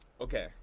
Okay